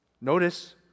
Notice